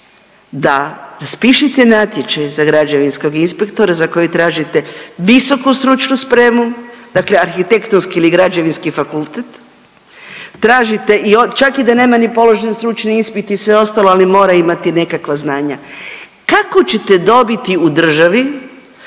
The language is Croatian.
da raspišite natječaj za građevinskog inspektora za koji tražite visoku stručnu spremu, dakle Arhitektonski ili Građevinski fakultet, tražite i čak i da nema ni položen stručni ispit i sve ostalo, ali mora imati nekakva znanja. Kako ćete dobiti u državi